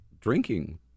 drinking